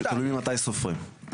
זה תלוי ממתי סופרים.